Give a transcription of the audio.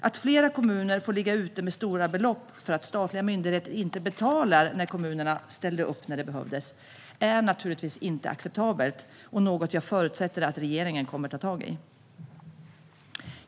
Att flera kommuner får ligga ute med stora belopp för att statliga myndigheter inte betalar när kommunerna ställde upp när det behövdes är naturligtvis inte acceptabelt och något jag förutsätter att regeringen kommer att ta tag i.